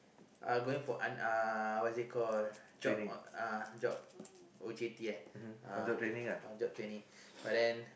I'll going for uh what is it called job uh job O_J_T uh job training but then